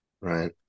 right